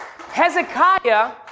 Hezekiah